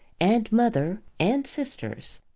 and mother, and sisters.